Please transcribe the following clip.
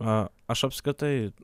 a aš apskritai